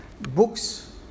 books